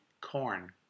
corn